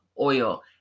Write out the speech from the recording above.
oil